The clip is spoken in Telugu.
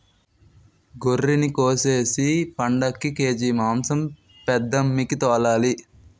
గొర్రినికోసేసి పండక్కి కేజి మాంసం పెద్దమ్మికి తోలాలి